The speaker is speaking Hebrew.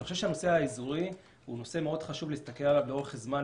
אני חושב שחשוב מאוד להסתכל על הנושא האזורי לאורך זמן,